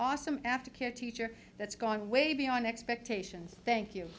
awesome aftercare teacher that's gone way beyond expectations thank you